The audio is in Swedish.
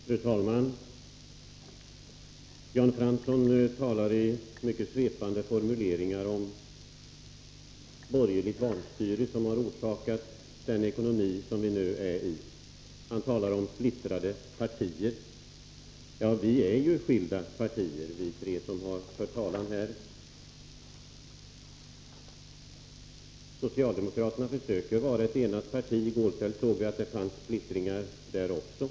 Fru talman! Jan Fransson talade i mycket svepande formuleringar om borgerligt vanstyre, som skulle ha orsakat det ekonomiska läge vi nu befinner oss i. Han talade också om splittrade partier. Vi som fört talan här representerar tre skilda partier. Socialdemokraterna försöker att vara ett enat parti. I går kväll kunde vi se att det finns splittringar även inom socialdemokratin.